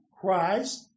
Christ